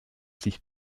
sich